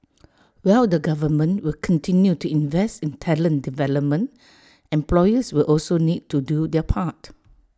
while the government will continue to invest in talent development employers will also need to do their part